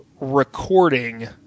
recording